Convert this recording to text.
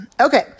Okay